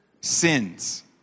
sins